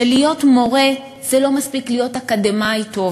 שכדי להיות מורה לא מספיק להיות אקדמאי טוב,